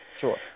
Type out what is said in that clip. Sure